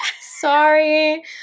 Sorry